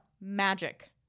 magic